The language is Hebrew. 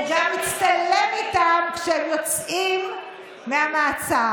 הוא גם מצטלם איתם כשהם יוצאים מהמעצר,